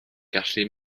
gallu